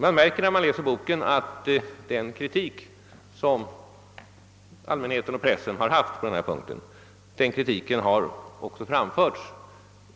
Man märker, när man läser boken, att den kritik som allmänheten och pressen har utövat på den här punkten också har framförts